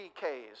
PKs